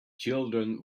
children